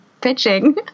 pitching